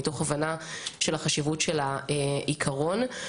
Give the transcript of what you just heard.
מתוך הבנה של החשיבות של העיקרון שבהצעה.